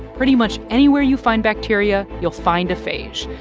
pretty much anywhere you find bacteria, you'll find a phage.